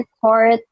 court